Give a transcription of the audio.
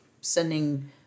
sending